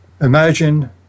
imagine